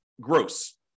gross